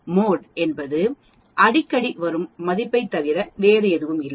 mode என்பது அடிக்கடி வரும் மதிப்பைத் தவிர வேறு எதுவும் இல்லை